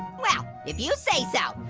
well, if you say so.